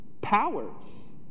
powers